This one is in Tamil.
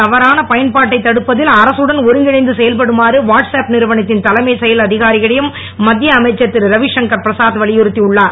தவறான பயன்பாட்டை தடுப்பதில் சமுக அரசடன் ஒருங்கிணைந்து செயல்படுமாறு வாட்ஸ் ஆப் நிறுவனத்தின் தலைமை செயல் அதிகாரியிடம் மத்திய அமைச்சர் திரு ரவி சங்கர் பிரசாத் வலியுறுத்தி உள்ளார்